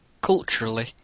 Culturally